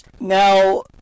now